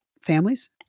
families